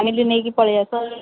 family ନେଇକି ପଳେଇ ଆସ